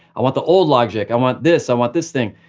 i want the old logic, i want this, i want this thing.